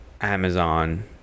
amazon